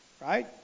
right